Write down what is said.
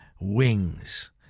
wings